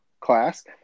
class